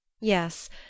Yes